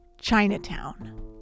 Chinatown